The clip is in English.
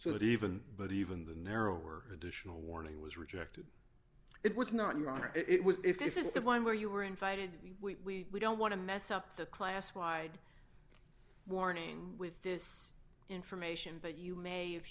so that even but even the narrower additional warning was rejected it was not your honor it was if this is the one where you were invited we don't want to mess up the classified warning with this information but you may if